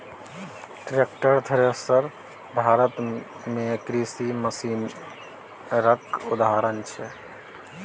tractor, thresher Bharat मे कृषि मशीनरीक उदाहरण छै